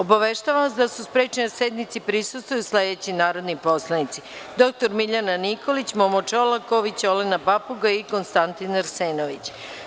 Obaveštavam vas da su sprečeni da sednici prisustvuju sledeći narodni poslanici dr Miljana Nikolić, Momo Čolaković, Olena Pauga i Konstantin Arsenović.